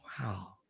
wow